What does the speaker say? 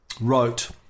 wrote